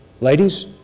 Ladies